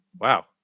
wow